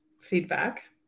feedback